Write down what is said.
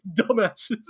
dumbasses